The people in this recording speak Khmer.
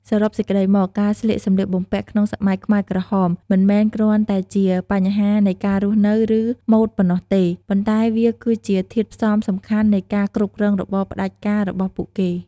សរុបសេចក្តីមក ការស្លៀកសម្លៀកបំពាក់ក្នុងសម័យខ្មែរក្រហមមិនមែនគ្រាន់តែជាបញ្ហានៃការរស់នៅឬម៉ូដប៉ុណ្ណោះទេ ប៉ុន្តែវាគឺជាធាតុផ្សំសំខាន់នៃការគ្រប់គ្រងរបបផ្តាច់ការរបស់ពួកគេ។